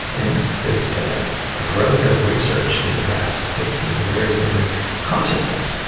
and there has been a ah growth of research in the past fifteen years in consciousness.